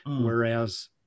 Whereas